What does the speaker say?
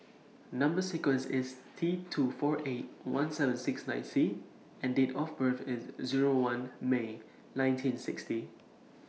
Number sequence IS T two four eight one seven six nine C and Date of birth IS Zero one May nineteen sixty